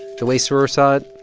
the way sroor saw it,